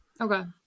Okay